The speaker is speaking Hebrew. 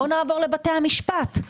נעבור לבתי המשפט.